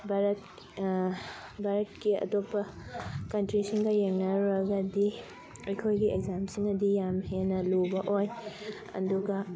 ꯚꯥꯔꯠ ꯚꯥꯔꯠꯀꯤ ꯑꯇꯣꯞꯄ ꯀꯟꯇ꯭ꯔꯤꯁꯤꯡꯒ ꯌꯦꯡꯅꯔꯨꯔꯕꯗꯤ ꯑꯩꯈꯣꯏꯒꯤ ꯑꯦꯛꯖꯥꯝꯁꯤꯅꯗꯤ ꯌꯥꯝ ꯍꯦꯟꯅ ꯂꯨꯕ ꯑꯣꯏ ꯑꯗꯨꯒ